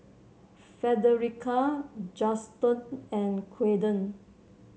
Frederica Juston and Kaeden